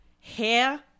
hair